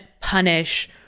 punish